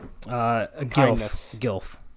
GILF